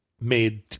made